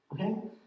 Okay